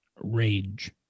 Rage